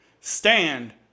stand